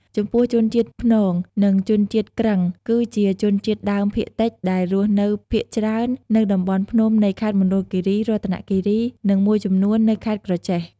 ចំពោះជនជាតិព្នង និងជនជាតិគ្រឹង គឺជាជនជាតិដើមភាគតិចដែលរស់នៅភាគច្រើននៅតំបន់ភ្នំនៃខេត្តមណ្ឌលគិរី រតនគិរី និងមួយចំនួននៅខេត្តក្រចេះ។